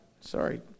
Sorry